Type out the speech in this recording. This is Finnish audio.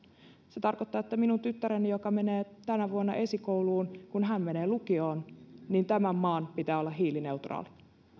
se tarkoittaa että kun minun tyttäreni joka menee tänä vuonna esikouluun menee lukioon niin tämän maan pitää olla hiilineutraali